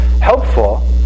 helpful